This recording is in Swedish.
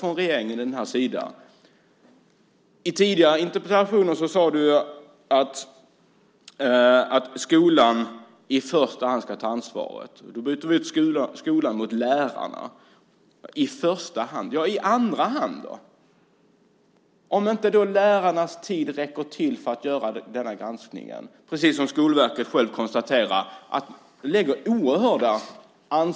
I tidigare interpellationsdebatter har du, Jan Björklund, sagt att skolan i första hand ska ta ansvaret. Här innebär det i första hand lärarna. Vem ska ha ansvaret i andra hand då? Vem har ansvaret om lärarnas tid inte räcker till för att göra granskningen, precis som Skolverket konstaterar?